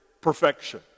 perfection